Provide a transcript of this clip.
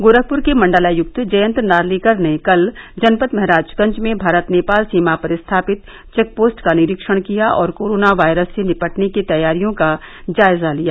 गोरखपुर के मण्डलायुक्त जयन्त नार्लिकर ने कल जनपद महराजगंज में भारत नेपाल सीमा पर स्थापित चेकपोस्ट का निरीक्षण किया और कोरोना वायरस से निपटर्न की तैयारियों का जायजा लिया